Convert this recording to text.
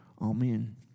Amen